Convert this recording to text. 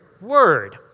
Word